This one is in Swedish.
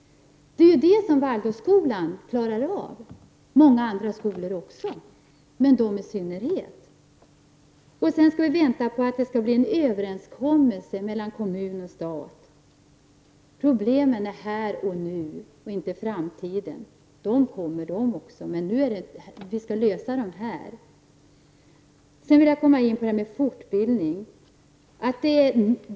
Det är ju det som Waldorfskolan och många andra skolor klarar av. Sedan skall vi vänta på att en överenskommelse skall träffas mellan stat och kommun. Problemen har vi här och nu och inte i framtiden. Framtidens problem kommer i morgon, och nu skall vi lösa de problem vi har i dag. Sedan vill jag komma in på frågan om fortbildning.